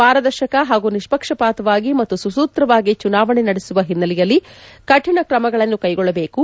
ಪಾರದರ್ಶಕ ಪಾಗೂ ನಿಷ್ಷಕ್ಷಪಾತವಾಗಿ ಮತ್ತು ಸುಸೂತ್ರವಾಗಿ ಚುನಾವಣೆ ನಡೆಸುವ ಓನ್ನೆಲೆಯಲ್ಲಿ ಕಠಿಣ ಕ್ರಮಗಳನ್ನು ಕೈಗೊಳ್ಳಬೇಕು